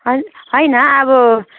होइन अब